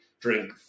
drink